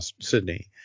Sydney